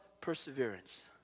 perseverance